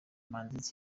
manzi